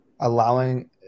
allowing